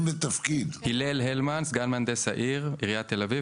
הלל הלמן סגן מהנדס העיר עיריית תל אביב.